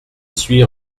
suis